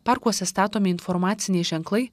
parkuose statomi informaciniai ženklai